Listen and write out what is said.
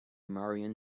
marion